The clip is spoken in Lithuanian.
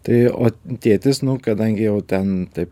tai o tėtis nu kadangi jau ten taip